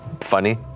funny